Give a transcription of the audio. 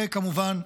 וכמובן,